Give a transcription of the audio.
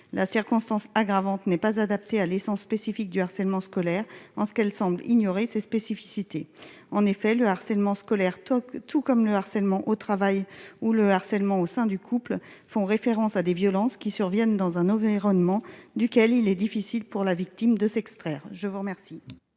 la circonstance aggravante n'est pas adapté à l'essence spécifique du harcèlement scolaire en ce qu'elle semble ignorer ses spécificités, en effet, le harcèlement scolaire toc, tout comme le harcèlement au travail ou le harcèlement au sein du couple font référence à des violences qui surviennent dans un environnement duquel il est difficile pour la victime de s'extraire, je vous remercie.